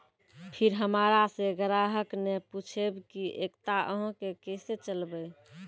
फिर हमारा से ग्राहक ने पुछेब की एकता अहाँ के केसे चलबै?